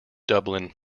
dublin